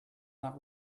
not